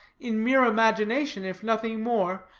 in mere imagination, if nothing more,